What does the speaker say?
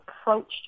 approached